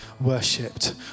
worshipped